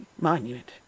monument